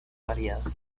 variadas